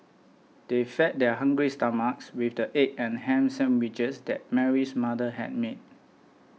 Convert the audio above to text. they fed their hungry stomachs with the egg and ham sandwiches that Mary's mother had made